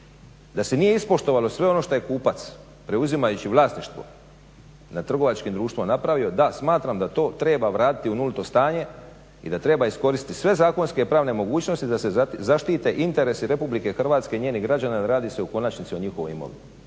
da se nije ispoštovalo sve ono šta je kupac preuzimajući vlasništvo na trgovačkim društvima napravio, da smatram da to treba vratiti u nulto stanje i da treba iskoristiti sve zakonske i pravne mogućnosti da se zaštite interesi Republike Hrvatske i njenih građana jer radi se u konačnici o njihovoj imovini